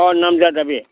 अह नाम जादा बे